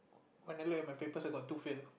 when I look at my papers I got two fail